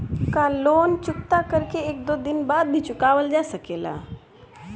का लोन चुकता कर के एक दो दिन बाद भी चुकावल जा सकेला?